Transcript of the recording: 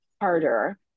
harder